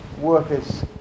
workers